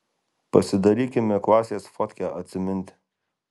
pasidarykime klasės fotkę atsiminti